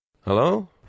Hello